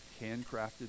handcrafted